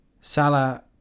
Salah